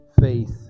faith